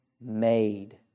made